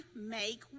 make